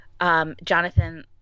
Jonathan